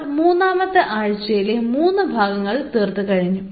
നമ്മൾ മൂന്നാമത്തെ ആഴ്ചയിലെ മൂന്ന് പാഠഭാഗങ്ങൾ തീർത്തു കഴിഞ്ഞു